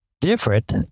different